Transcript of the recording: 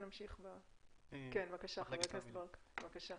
בבקשה ח"כ ברקת.